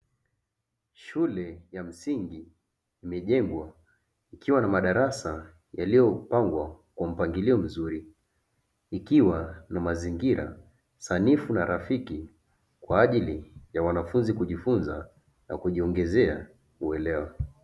Shule ya msingi imejengwa ikiwa na madarasa yaliyo pangwa kwa mpangilio mzuri ikiwa na mazingira sanifu na rafiki kwa ajili ya wanafunzi kujifunza na kujiongezea uwelewa.